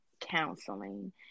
counseling